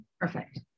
Perfect